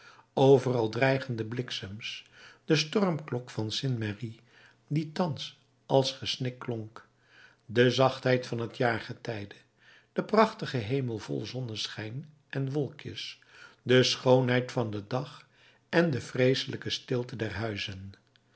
overal dreigende bliksems de stormklok van st merry die thans als gesnik klonk de zachtheid van het jaargetijde de prachtige hemel vol zonneschijn en wolkjes de schoonheid van den dag en de vreeselijke stilte der huizen